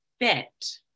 fit